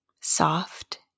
soft